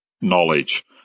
knowledge